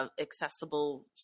accessible